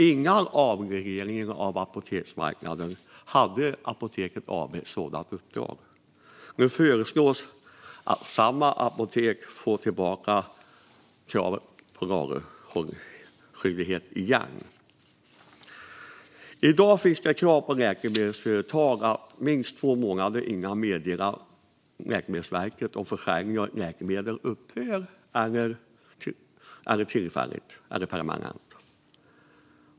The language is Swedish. Innan avregleringen av apoteksmarknaden hade Apoteket AB en sådant uppdrag, och nu föreslås att företaget återfår kravet på lagerhållningsskyldighet. I dag finns krav på läkemedelsföretag att minst två månader innan meddela Läkemedelsverket om försäljning av ett läkemedel upphör tillfälligt eller permanent.